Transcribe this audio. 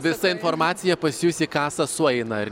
visa informacija pas jus į kasą sueina ar